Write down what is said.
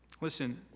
Listen